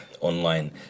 online